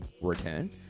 return